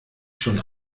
schon